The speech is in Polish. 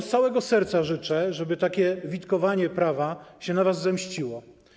Z całego serca życzę wam, żeby takie witkowanie prawa się na was zemściło.